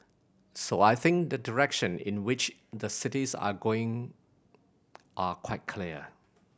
so I think the direction in which the cities are going are quite clear